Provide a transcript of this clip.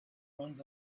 runs